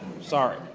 Sorry